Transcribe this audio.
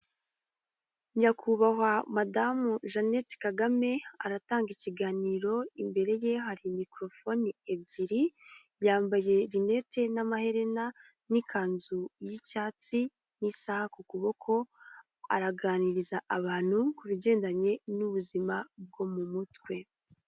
Nyakubahwa madamu Jeannette Kagame aratanga ikiganiro, imbere ye hari microphone ebyiri yambaye rinete n'amaherena n'ikanzu y'icyatsi n'isaha ku kuboko araganiriza abantu ku bigendanye n'ubuzima bwo mu mutwe.